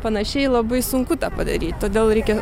panašiai labai sunku tą padaryt todėl reikia